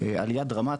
עלייה דרמטית,